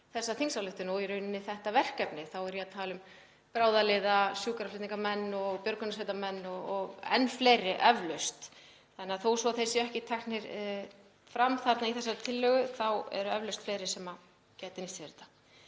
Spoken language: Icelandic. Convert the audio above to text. fallið undir hana og í rauninni þetta verkefni. Þá er ég að tala um bráðaliða, sjúkraflutningamenn, björgunarsveitarmenn og enn fleiri eflaust, þannig að þó svo að þeir séu ekki teknir fram þarna í þessari tillögu þá eru eflaust fleiri sem gætu nýtt sér þetta.